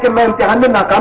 bank and i'll